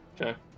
Okay